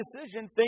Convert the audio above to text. decision